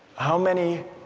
how many